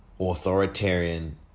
authoritarian